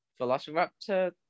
velociraptor